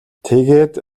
тэгээд